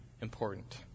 important